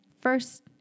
first